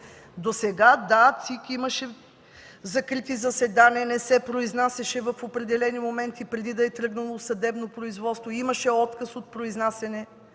Досега, да, ЦИК имаше закрити заседания, не се произнасяше в определени моменти преди да е тръгнало съдебно производство, имаше отказ от произнасяне.